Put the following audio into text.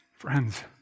Friends